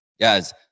Guys